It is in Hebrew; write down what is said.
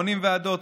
מונעים ועדות,